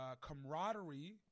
camaraderie